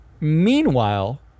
meanwhile